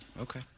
Okay